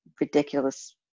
ridiculous